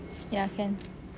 ya can